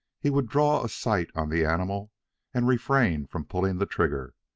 he would draw a sight on the animal and refrain from pulling the trigger.